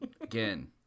Again